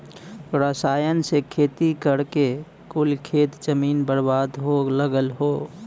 रसायन से खेती करके कुल खेत जमीन बर्बाद हो लगल हौ